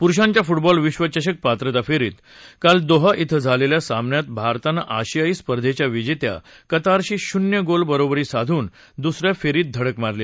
पुरुषांच्या फुटबॉल विधेचषक पात्रता फेरीत काल दोहा िं झालेल्या सामन्यात भारतानं आशियाई स्पर्धेच्या विजेत्या कतारशी शुन्य गोल बरोबरी साधून द्स या फेरीत धडक मारली